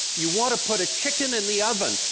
you want to put a chicken in the oven,